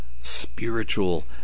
spiritual